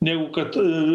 negu kad